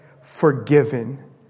forgiven